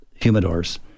humidors